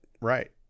Right